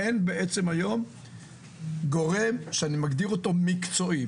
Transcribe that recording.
היום אין בעצם גורם שאני מגדיר אותו "מקצועי".